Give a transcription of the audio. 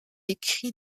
écrit